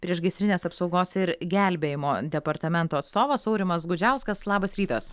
priešgaisrinės apsaugos ir gelbėjimo departamento atstovas aurimas gudžiauskas labas rytas